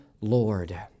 Lord